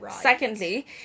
Secondly